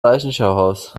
leichenschauhaus